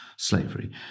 slavery